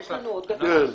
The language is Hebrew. יש לנו עוד דקה.